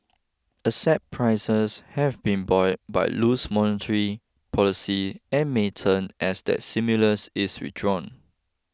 asset prices have been buoyed by loose monetary policy and may turn as that stimulus is withdrawn